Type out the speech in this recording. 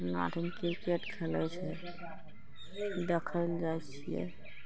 फलना ठिन क्रिकेट खेलाइ छै देखय लए जाइ छियै